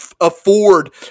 afford